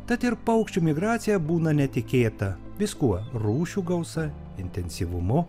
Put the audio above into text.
tad ir paukščių migracija būna netikėta viskuo rūšių gausa intensyvumu